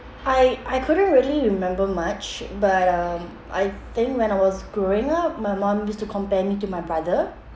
I I couldn't really remember much but um I think when I was growing up my mum used to compare me to my brother